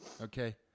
okay